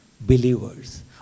believers